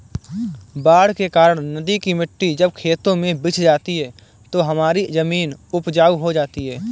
बाढ़ के कारण नदी की मिट्टी जब खेतों में बिछ जाती है तो हमारी जमीन उपजाऊ हो जाती है